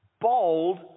Bold